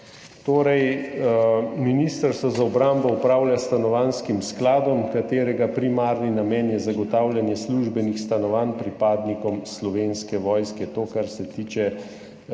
Torej, Ministrstvo za obrambo upravlja s Stanovanjskim skladom, katerega primarni namen je zagotavljanje službenih stanovanj pripadnikom Slovenske vojske. To je, kar se tiče